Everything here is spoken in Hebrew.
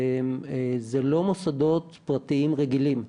זה לא מוסדות פרטיים רגילים.